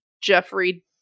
Jeffrey